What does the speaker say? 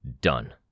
Done